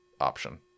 option